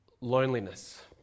Loneliness